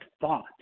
thought